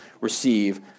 receive